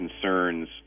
concerns